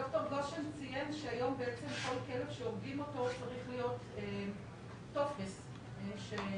ד"ר גשן ציין שהיום בעצם כל כלב שהורגים אותו צריך להיות טופס שכותבים,